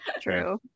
True